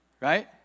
Right